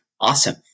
awesome